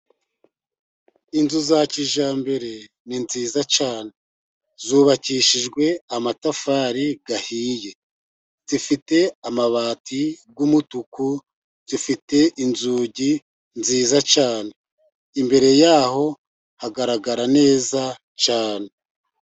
Inzu za kijyambere ni nziza cyane. Zubakishijwe amatafari ahiye, Zifite amabati y'umutuku, zifite inzugi nziza cyane. Imbere ya ho hagaragarara neza cyane.